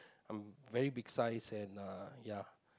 I'm very big size and uh ya